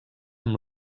amb